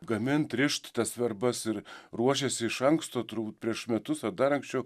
gamint rišt tas verbas ir ruošiasi iš anksto turbūt prieš metus ar dar anksčiau